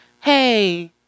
hey